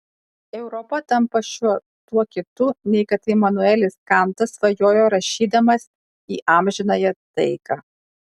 europa tampa šiuo tuo kitu nei kad imanuelis kantas svajojo rašydamas į amžinąją taiką